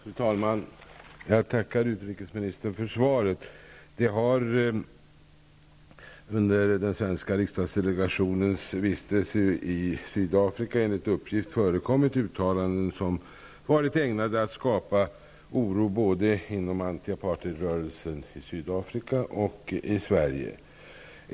Fru talman! Jag tackar utrikesministern för svaret. Det har under den svenska riksdagsdelegationens vistelse i Sydafrika enligt uppgift förekommit uttalanden som varit ägnade att skapa oro både inom antiapartheidrörelsen i Sydafrika och i Sverige.